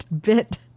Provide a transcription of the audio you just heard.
bit